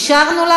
אישרנו.